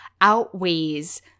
outweighs